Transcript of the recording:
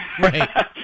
Right